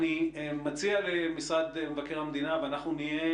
אני מציע למשרד מבקר המדינה ואנחנו נהיה